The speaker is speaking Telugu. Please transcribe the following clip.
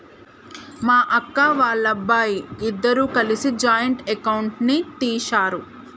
మా అక్క, వాళ్ళబ్బాయి ఇద్దరూ కలిసి జాయింట్ అకౌంట్ ని తీశారు